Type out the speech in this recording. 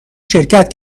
شرکت